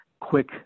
quick